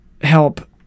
help